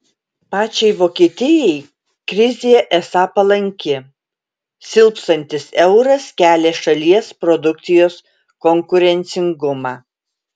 pačiai vokietijai krizė esą palanki silpstantis euras kelia šalies produkcijos konkurencingumą